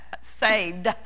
SAVED